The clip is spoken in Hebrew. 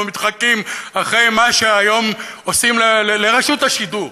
אנחנו מתחקים אחרי, מה שהיום עושים לרשות השידור,